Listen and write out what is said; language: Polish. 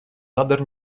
nader